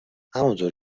همانطور